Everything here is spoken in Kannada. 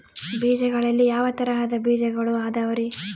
ಬೇಜಗಳಲ್ಲಿ ಯಾವ ತರಹದ ಬೇಜಗಳು ಅದವರಿ?